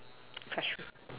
classroom